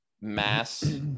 mass